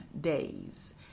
days